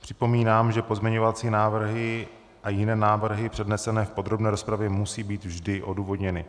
Připomínám, že pozměňovací návrhy a jiné návrhy přednesené v podrobné rozpravě musí být vždy odůvodněny.